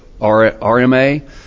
RMA